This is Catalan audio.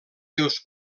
seus